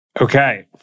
Okay